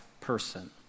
person